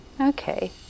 Okay